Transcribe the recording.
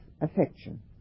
affection